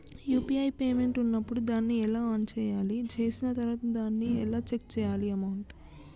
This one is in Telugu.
యూ.పీ.ఐ పేమెంట్ ఉన్నప్పుడు దాన్ని ఎలా ఆన్ చేయాలి? చేసిన తర్వాత దాన్ని ఎలా చెక్ చేయాలి అమౌంట్?